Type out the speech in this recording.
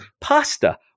pasta